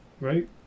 right